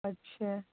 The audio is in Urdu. اچھا